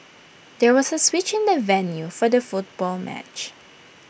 there was A switch in the venue for the football match